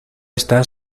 está